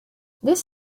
this